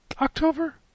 October